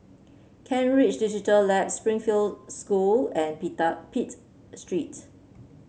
Kent Ridge Digital Labs Springfield School and Pitt Street